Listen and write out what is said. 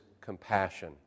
compassion